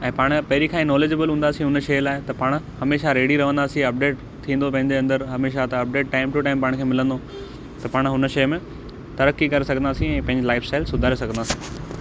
ऐं पाण पहिरीं खां ई नॉलेजेबल हूंदासीं हुन शइ लाइ त पाण हमेशा रेडी रहंदासीं अपडेट थींदो पंहिंजे अंदरि हमेशा त अपडेट टाइम टू टाइम पाण खे मिलंदो त पाण हुन शइ में तरक़ी करे सघंदासीं ऐं लाईफस्टाईल सुधारे सघंदासीं